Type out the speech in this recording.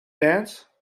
dance